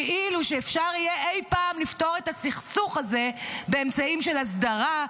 כאילו אפשר יהיה אי פעם לפתור את הסכסוך הזה באמצעים של הסדרה,